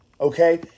okay